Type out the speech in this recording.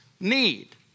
Need